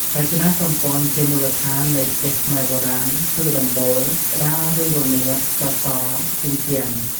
រចនាសម្ព័ន្ធជាមូលដ្ឋាននៃផ្ទះខ្មែរបុរាណ គឺដំបូល, ក្តារឬរនាប, សសរ, ជញ្ជាំង។